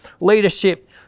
leadership